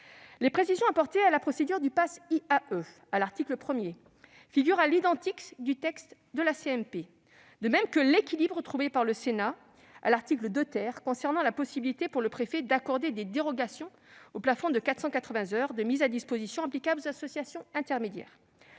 Les précisions apportées à la procédure du « Pass IAE », à l'article 1, figurent à l'identique dans le texte de la commission mixte paritaire, comme l'équilibre trouvé par le Sénat à l'article 2 concernant la possibilité pour le préfet d'accorder des dérogations au plafond de 480 heures de mise à disposition applicable aux associations intermédiaires.